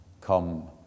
come